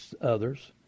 others